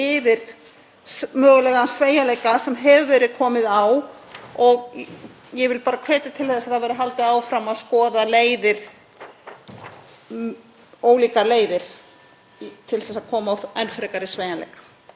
ólíkar leiðir til að koma á enn frekari sveigjanleika.